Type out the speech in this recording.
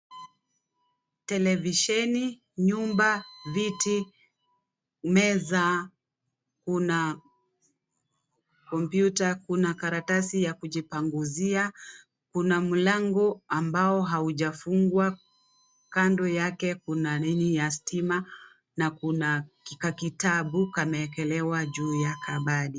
Televisheni, nyumba, viti, meza, kuna kompyuta, kuna karatasi ya kujipanguzia, kuna mlango ambao haujafungwa, kando yake kuna ninii ya stima na kuna kakitabu kamewekelewa juu ya kabati.